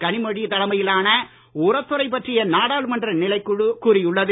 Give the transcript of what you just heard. கனிமொழி தலைமையிலான உரத்துறை பற்றிய நாடாளுமன்ற நிலைக்குழு கூறியுள்ளது